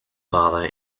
father